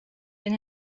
bin